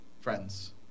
Friends